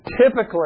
typically